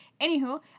Anywho